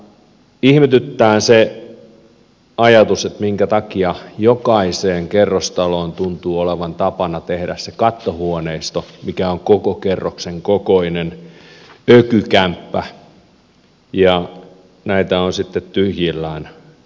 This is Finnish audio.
ihmetyttää se ajatus että jokaiseen kerrostaloon tuntuu olevan tapana tehdä se kattohuoneisto mikä on koko kerroksen kokoinen ökykämppä ja näitä on sitten tyhjillään